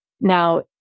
Now